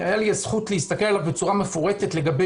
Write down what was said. הייתה לי הזכות להסתכל עליו בצורה מפורטת לגבי